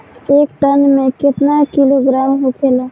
एक टन मे केतना किलोग्राम होखेला?